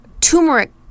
turmeric